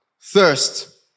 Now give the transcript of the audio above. thirst